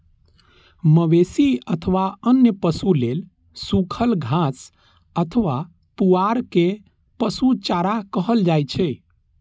मवेशी अथवा अन्य पशु लेल सूखल घास अथवा पुआर कें पशु चारा कहल जाइ छै